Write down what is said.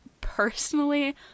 personally